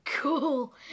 Cool